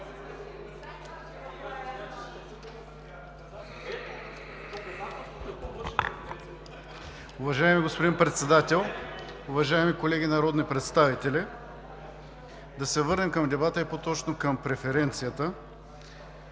Уважаеми господин Председател, уважаеми колеги народни представители! Да се върнем към дебата и по-точно към преференцията.